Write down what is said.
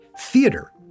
Theater